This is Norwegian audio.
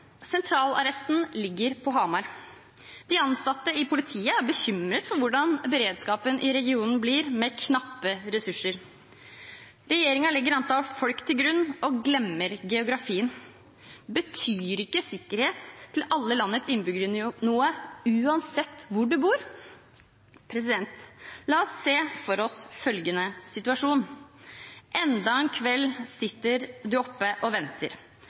Sentralarresten ligger på Hamar. De ansatte i politiet er bekymret for hvordan beredskapen i regionen blir med knappe ressurser. Regjeringen legger antall folk til grunn og glemmer geografien. Betyr ikke sikkerheten til alle landets innbyggere noe, uansett hvor de bor? La oss se for oss følgende situasjon: Enda en kveld sitter du